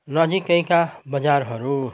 नजिकैका बजारहरू